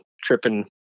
tripping